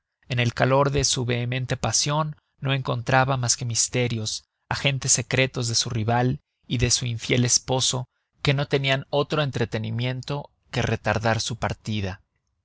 en el calor de su vehemente pasion no encontraba mas que misterios agentes secretos de su rival y de su infiel esposo que no tenian otro entretenimiento que retardar su partida